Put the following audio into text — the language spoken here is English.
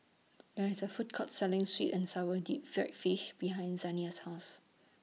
There IS A Food Court Selling Sweet and Sour Deep Fried Fish behind Zaniyah's House